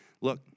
look